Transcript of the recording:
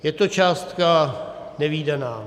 Je to částka nevídaná.